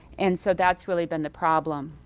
and so that's really been the problem.